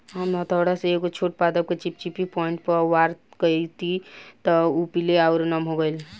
हम हथौड़ा से एगो छोट पादप के चिपचिपी पॉइंट पर वार कैनी त उ पीले आउर नम हो गईल